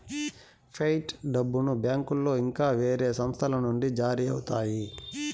fight డబ్బును బ్యాంకులో ఇంకా వేరే సంస్థల నుండి జారీ అవుతాయి